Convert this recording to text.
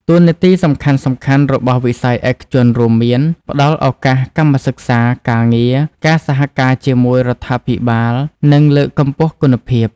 តួនាទីសំខាន់ៗរបស់វិស័យឯកជនរួមមាន ផ្តល់ឱកាសកម្មសិក្សា ការងារ ការសហការជាមួយរដ្ឋាភិបាល និងលើកកម្ពស់គុណភាព។